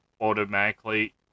automatically